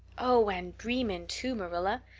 oh, and dream in too, marilla.